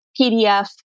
PDF